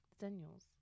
Daniels